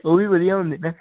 ਉਹ ਵੀ ਵਧੀਆ ਹੁੰਦੀ